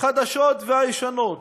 החדשות והישנות,